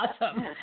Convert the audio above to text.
awesome